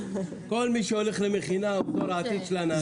כל מי שהולך למכינה הוא דור העתיד של ההנהגה.